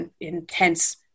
intense